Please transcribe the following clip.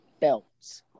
belts